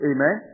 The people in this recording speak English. Amen